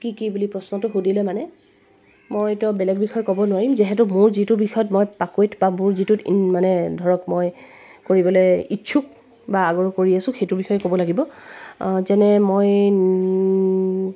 কি কি বুলি প্ৰশ্নটো সুধিলে মানে মইতো আৰু বেলেগ বিষয় ক'ব নোৱাৰিম যিহেতু মোৰ যিটো বিষয়ত মই পাকৈত বা মোৰ যিটোত ইন মানে ধৰক মই কৰিবলৈ ইচ্ছুক বা আগৰো কৰি আছোঁ সেইটো বিষয়ে ক'ব লাগিব যেনে মই